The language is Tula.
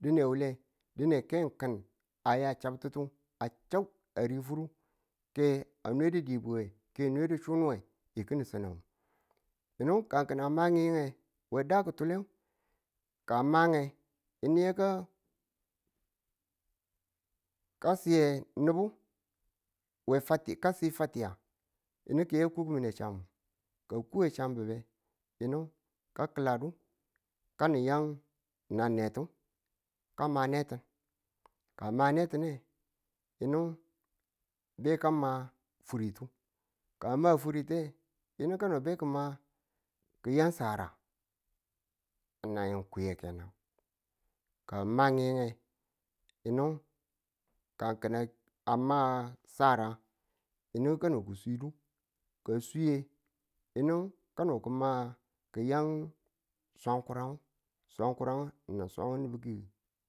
dine wule, dine ken kin a ya chabtutu a chau a rifuro ke a nwe du dibwi we ke a nwe do chunuwe ki̱nin sanang yinu ka ki̱n a ma yi̱nge. we da ki̱tule ka a ma nge yinu ka siye ni̱bu ka si fatiya yinu ke yan ku chambubu ka a kuwe chambube yinu ka ki̱ladu nan netu ka netu ka a ma netu yinu be ka ma furitu yinu be ka ma furitu ka a ma sara ge nan kwiye kenan ka a ma ngyinge yinu ka ki̱n a ma sara yinu kanu ki swidu ka a swi ye yinu kano ki̱ yang swange kurangu swang kurange na swan